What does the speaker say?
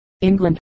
England